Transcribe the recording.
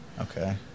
Okay